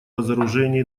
разоружения